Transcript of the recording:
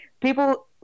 people